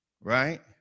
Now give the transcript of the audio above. right